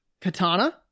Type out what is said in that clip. katana